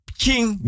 king